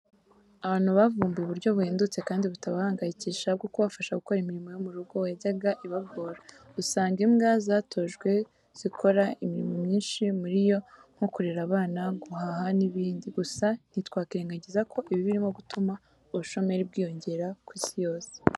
Abantu bavumbuye uburyo buhendutse kandi butabahangayikisha bwo kubafasha gukora imirimo yo mu rugo yajyaga ibagora, usanga imbwa zatojwe zikora myinshi muri yo nko kurera abana, guhaha n'ibindi, gusa ntitwakwirengagiza ko ibi birimo gutuma ubushomeri bwiyongera ku isi yose.